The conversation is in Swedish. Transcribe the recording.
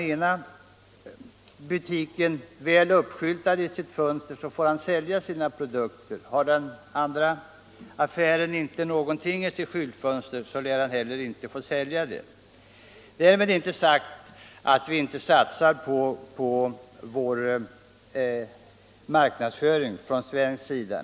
Den butik som skyltar med sina produkter får också sälja dem. Den affär som inte har någonting i sitt skyltfönster lär heller inte få sälja någonting. Därmed inte sagt att vi inte satsar på marknadsföring från svensk sida.